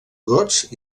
gots